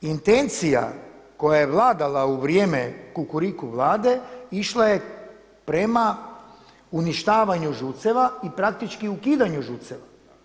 Intencija koja je vladala u vrijeme kukuriku Vlade išla je prema uništavanju ŽUC-eva i praktički ukidanju ŽUC-eva.